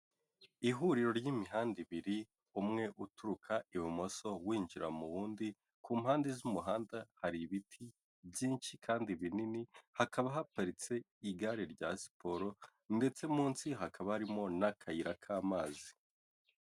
Ihuriro ry'imihanda ibiri, umwe uturuka ibumoso winjira mu wundi, ku mpande z'umuhanda hari ibiti byinshi kandi binini, hakaba haparitse igare rya siporo, ndetse munsi hakaba harimo n'akayira k'amazi.